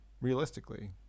realistically